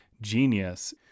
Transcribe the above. genius